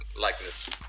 Likeness